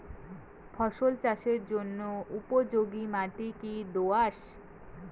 ফসল চাষের জন্য উপযোগি মাটি কী দোআঁশ?